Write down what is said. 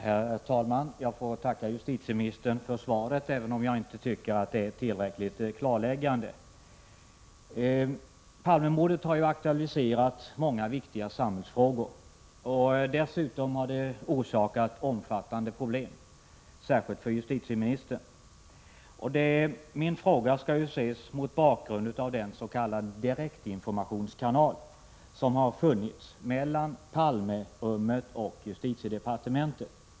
Herr talman! Jag tackar justitieministern för svaret, även om jag inte tycker att det är tillräckligt klarläggande. Palmemordet har ju aktualiserat många viktiga samhällsfrågor. Dessutom har det orsakat omfattande problem, särskilt för justitieministern. Min fråga skall ses mot bakgrund av den s.k. direktinformationskanal som har funnits mellan det s.k. Palmerummet och justitiedepartementet.